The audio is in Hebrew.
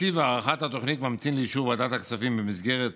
תקציב הארכת התוכנית ממתין לאישור ועדת הכספים במסגרת